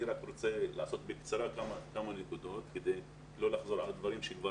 אני רוצה להעלות בקצרה כמה נקודות ולא אחזור על דברים שכבר